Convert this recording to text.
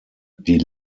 die